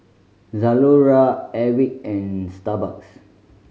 Zalora Airwick and Starbucks